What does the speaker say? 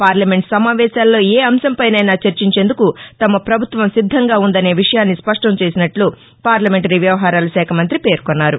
parliament సమావేశాల్లో ఏ అంశంపైనైనా చర్చించేందుకు తమ ప్రభుత్వం సిద్దంగా ఉందనే విషయాన్ని స్పష్టం చేసినట్లు పార్లమెంటరీ వ్యవహారాల శాఖ మంతి పేర్కొన్నారు